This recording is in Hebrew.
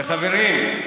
וחברים,